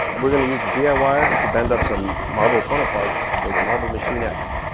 we're gonna use the d i wire to bend up some marble funnel parts for the marble machine x.